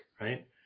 right